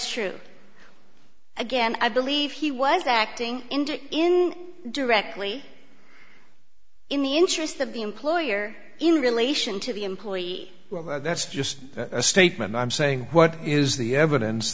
true again i believe he was acting in to in directly in the interest of the employer in relation to the employee well that's just a statement i'm saying what is the evidence